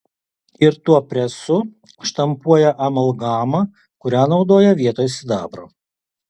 ir tuo presu štampuoja amalgamą kurią naudoja vietoj sidabro